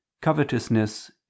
covetousness